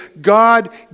God